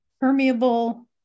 permeable